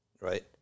right